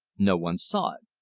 no one saw it.